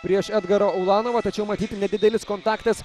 prieš edgarą ulanovą tačiau matyt nedidelis kontaktas